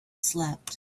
slept